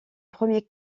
premier